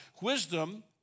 Wisdom